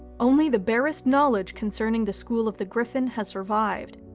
only the barest knowledge concerning the school of the griffin has survived.